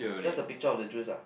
just the picture of the juice ah